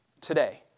today